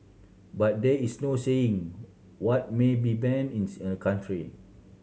but there is no saying what may be ban in a country